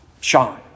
Sean